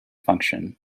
function